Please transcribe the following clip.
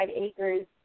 acres